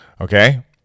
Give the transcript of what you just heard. Okay